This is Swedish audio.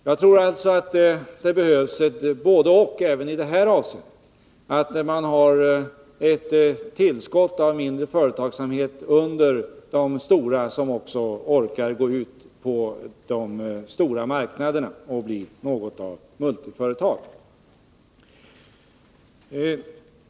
Jag tror alltså att det behövs ett både-och även i det här avseendet — att man har ett tillskott av mindre företag under de stora som också orkar gå ut på de stora marknaderna och bli något av multiföretag.